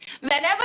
Whenever